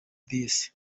this